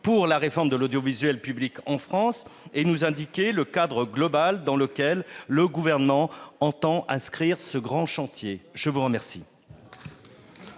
pour la réforme de l'audiovisuel public en France et nous indiquer le cadre global dans lequel le Gouvernement entend inscrire ce grand chantier ? La parole